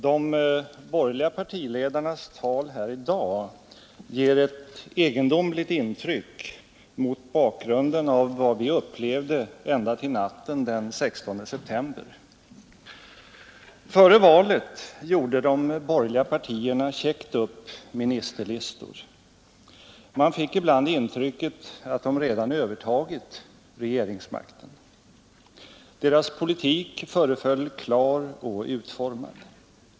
De borgerliga partiledarnas tal här i dag ger ett egendomligt intryck mot bakgrunden av vad vi upplevde ända till natten den 16 september. Före valet gjorde de borgerliga partierna käckt upp ministerlistor. Man fick ibland intrycket att de redan övertagit regeringsmakten. Deras politik föreföll klar och utformad.